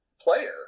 player